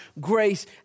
grace